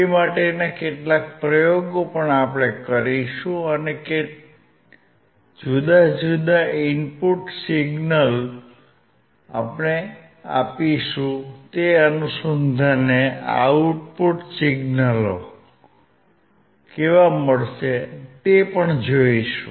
તે માટેના કેટલાક પ્રયોગો પણ આપણે કરીશું અને જુદા જુદા ઇનપુટ સિગ્નલ આપણે આપીશું તે અનુસંધાને આઉટ્પુટ સિગ્નલ કેવા મળશે તે પણ જોઇશું